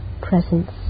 presence